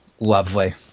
Lovely